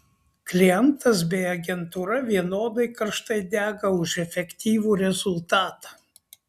klientas bei agentūra vienodai karštai dega už efektyvų rezultatą